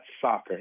soccer